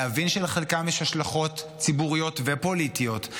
להבין שלחלקן יש השלכות ציבוריות ופוליטיות,